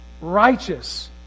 righteous